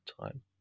Time